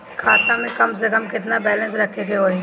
खाता में कम से कम केतना बैलेंस रखे के होईं?